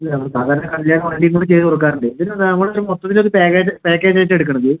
ഇല്ല നമ്മൾ സാധാരണ കല്ല്യാണ വണ്ടിയും കൂടി ചെയ്തു കൊടുക്കാറുണ്ട് ഇതിന് നമ്മൾ ഒരു മൊത്തത്തിൽ ഒരു പാക്കേജ് പാക്കേജ് ആയിട്ടാണ് എടുക്കണത്